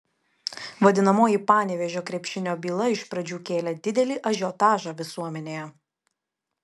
vadinamoji panevėžio krepšinio byla iš pradžių kėlė didelį ažiotažą visuomenėje